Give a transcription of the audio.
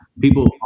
people